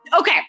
Okay